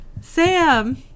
Sam